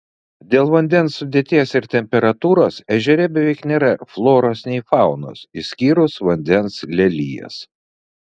dėl vandens sudėties ir temperatūros ežere beveik nėra floros nei faunos išskyrus vandens lelijas